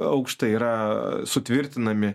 aukštai yra sutvirtinami